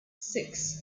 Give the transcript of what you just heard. six